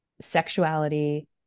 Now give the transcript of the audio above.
sexuality